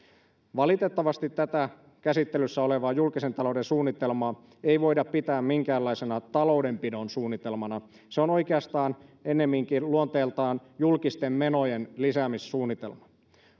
valitettavasti tätä käsittelyssä olevaa julkisen talouden suunnitelmaa ei voida pitää minkäänlaisena taloudenpidon suunnitelmana se on oikeastaan ennemminkin luonteeltaan julkisten menojen lisäämissuunnitelma